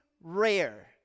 rare